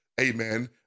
Amen